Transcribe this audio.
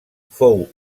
fou